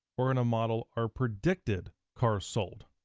we're gonna model our predicted cars sold.